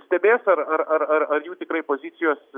stebės ar ar ar ar jų tikrai pozicijos